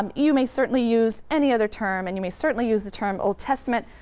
um you may certainly use any other term, and you may certainly use the term old testament,